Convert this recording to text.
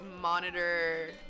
monitor